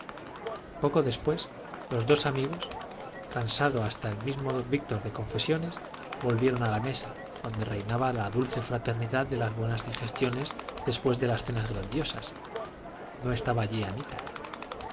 poco después los dos amigos cansado hasta el mismo don víctor de confesiones volvieron a la mesa donde reinaba la dulce fraternidad de las buenas digestiones después de las cenas grandiosas no estaba allí anita